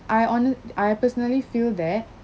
I hones~ I personally feel that